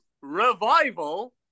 revival